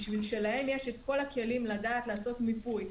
כי להם יש כל הכלים לדעת לעשות מיפוי.